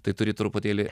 tai turi truputėlį